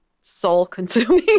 soul-consuming